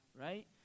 right